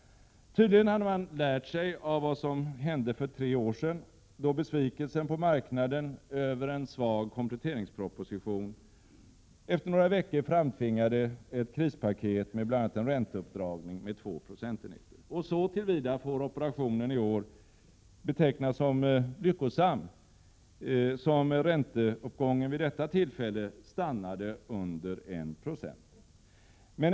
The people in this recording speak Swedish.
Tydligen hade man lärt av vad som hände för tre år sedan, då besvikelsen på marknaden över en svag kompletteringsproposition efter några veckor framtvingade ett krispaket med bl.a. en ränteuppdragning med 2 procentenheter. Så till vida får operationen i år betecknas som lyckosam, eftersom ränteuppgången vid detta tillfälle stannade under 1 96.